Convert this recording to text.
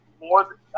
more